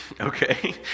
okay